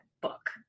book